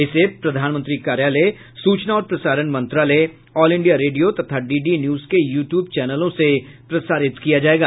इसे प्रधानमंत्री कार्यालय सूचना और प्रसारण मंत्रालय ऑल इंडिया रेडियो तथा डी डी न्यूज के यू ट्यूब चैनलों से प्रसारित किया जायेगा